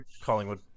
Collingwood